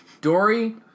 Dory